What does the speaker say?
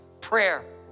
Prayer